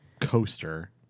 coaster